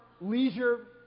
leisure